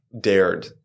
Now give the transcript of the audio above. dared